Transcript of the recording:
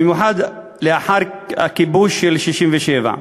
במיוחד לאחר הכיבוש של 1967,